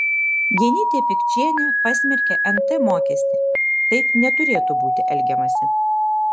genytė pikčienė pasmerkė nt mokestį taip neturėtų būti elgiamasi